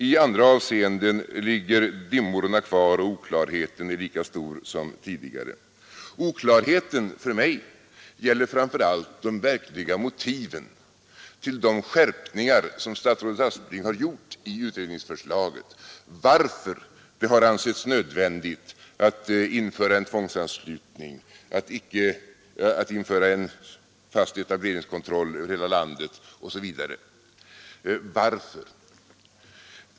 I andra avseenden ligger dimmorna kvar, och oklarheten är lika stor som tidigare. Oklarheten för mig gäller framför allt de verkliga motiven till de skärpningar statsrådet Aspling har gjort i utredningsförslaget. Varför har det ansetts nödvändigt att införa en tvångsanslutning, att införa en fast etableringskontroll över hela landet osv.? Varför?